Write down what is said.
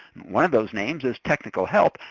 one of those names is technical help,